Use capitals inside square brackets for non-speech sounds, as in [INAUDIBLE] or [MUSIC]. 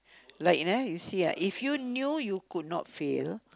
like [NOISE] you see ah if you knew you could not fail